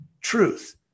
truth